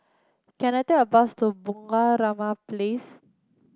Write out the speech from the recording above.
can I take a bus to Bunga Rampai Place